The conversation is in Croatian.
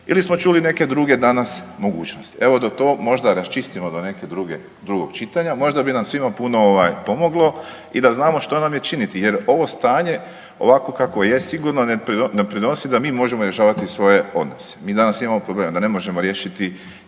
ili smo čuli neke druge danas mogućnosti. Evo, dok to možda raščistimo do neke druge, drugog čitanja, možda bi nam svima puno ovaj pomoglo i da znamo što nam je činiti jer ovo stanje, ovakvo kakvo je sigurno ne doprinosi da mi možemo rješavati svoje odnose. Mi danas imamo problem da ne možemo riješiti